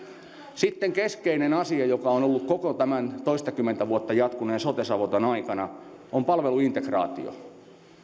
sitten keskeinen asia joka on ollut koko tämän toistakymmentä vuotta jatkuneen sote savotan aikana on palveluintegraatio